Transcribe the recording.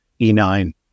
e9